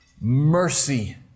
mercy